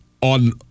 on